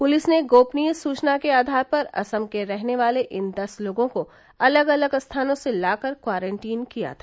police ने गोपनीय सूचना के आधार पर असम के रहने वाले इन दस लोगों को अलग अलग स्थानों से लाकर क्वारंटीन किया था